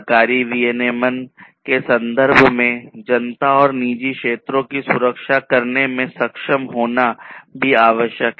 सरकारी विनियमन के संदर्भ में जनता और निजी क्षेत्रों की सुरक्षा करने में सक्षम होना भी आवश्यक है